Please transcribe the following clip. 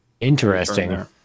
Interesting